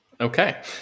Okay